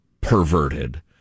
perverted